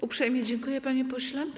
Uprzejmie dziękuję, panie pośle.